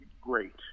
great